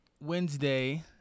Wednesday